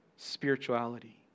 spirituality